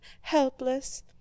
helpless